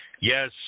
Yes